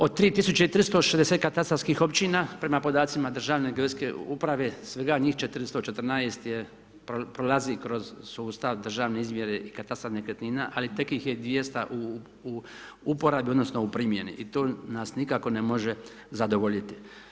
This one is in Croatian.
Od 3360 katastarskih općina, prema podacima Državne geodetske uprave, svega njih 414 prolazi kroz sustav državne izmjere i katastar nekretnina, ali tek ih je 200 u uporabi odnosno, u primjeni i to nas nikako ne može zadovoljiti.